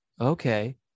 okay